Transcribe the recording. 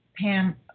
Pam